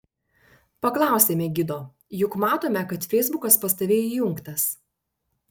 paklausėme gido juk matome kad feisbukas pas tave įjungtas